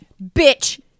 Bitch